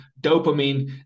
dopamine